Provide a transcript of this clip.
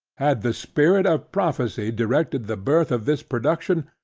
had the spirit of prophecy directed the birth of this production,